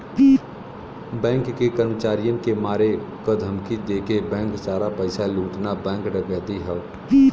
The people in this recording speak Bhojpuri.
बैंक के कर्मचारियन के मारे क धमकी देके बैंक सारा पइसा लूटना बैंक डकैती हौ